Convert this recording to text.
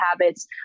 habits